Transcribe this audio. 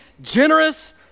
generous